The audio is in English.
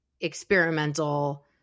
experimental